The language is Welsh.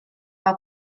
fel